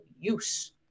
use